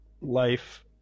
life